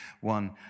one